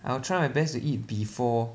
I will try my best to eat before